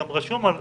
גם רשום על